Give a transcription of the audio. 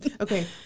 Okay